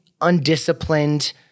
undisciplined—